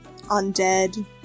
undead